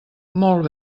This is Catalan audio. molt